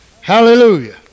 Hallelujah